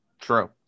True